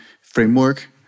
framework